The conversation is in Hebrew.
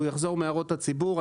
הוא יחזור מהערות הציבור.